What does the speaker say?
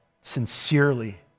sincerely